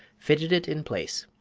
fitted it in place.